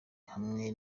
hamwe